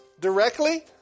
directly